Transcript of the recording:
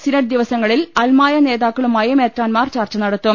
synod ദിവസങ്ങളിൽ അൽമായ നേതാക്കളുമായി മെത്രാൻമാർ ചർച്ച് നടത്തും